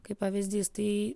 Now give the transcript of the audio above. kaip pavyzdys tai